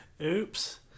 Oops